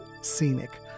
scenic